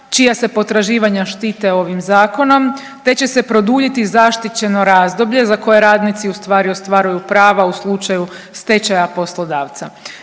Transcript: čija se potraživanja štite ovim zakonom, te će se produljiti zaštićeno razdoblje za koje radnici u stvari ostvaruju prava u slučaju stečaja poslodavca.